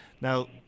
now